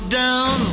down